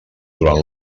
durant